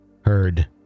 heard